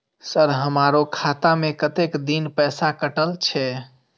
Sir हमारो खाता में कतेक दिन पैसा कटल छे?